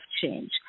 change